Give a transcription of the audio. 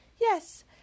Yes